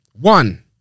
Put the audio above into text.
one